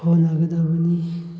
ꯍꯣꯠꯅꯒꯗꯕꯅꯤ